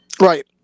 Right